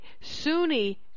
Sunni